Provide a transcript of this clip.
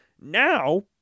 Now